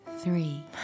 three